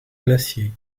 glacier